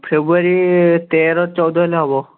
ଫେବୃୟାରୀ ତେର ଚଉଦ ହେଲେ ହେବ